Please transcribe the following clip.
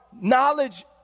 knowledge